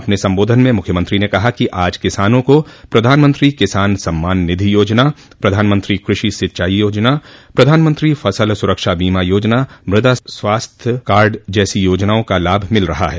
अपने संबोधन में मुख्यमंत्री ने कहा कि आज किसानों को प्रधानमंत्री किसान सम्मान निधि योजना प्रधानमंत्री कृषि सिंचाई योजना प्रधानमंत्री फसल सुरक्षा बीमा योजना मृदा स्वास्थ्य कार्ड जैसी योजनाओं का लाभ मिल रहा है